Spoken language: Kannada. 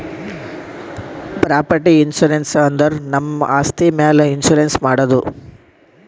ಪ್ರಾಪರ್ಟಿ ಇನ್ಸೂರೆನ್ಸ್ ಅಂದುರ್ ನಮ್ ಆಸ್ತಿ ಮ್ಯಾಲ್ ಇನ್ಸೂರೆನ್ಸ್ ಮಾಡದು